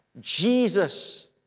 Jesus